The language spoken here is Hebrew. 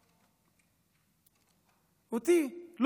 אותי.